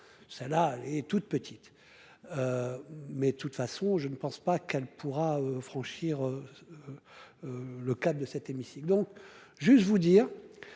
Celle-là est toute petite- de toute façon, je ne pense pas qu'elle pourra franchir le cap de cet hémicycle. Pour terminer,